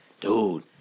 Dude